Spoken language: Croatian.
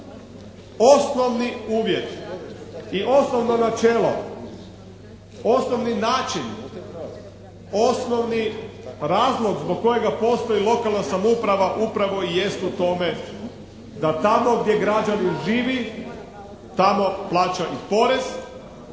Osnovni uvjet i osnovno načelo, osnovni način, osnovni razlog zbog kojega postoji lokalna samouprava upravo i jest u tome da tamo gdje građanin živi, tamo plaća i porez,